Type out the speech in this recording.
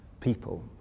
people